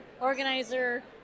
organizer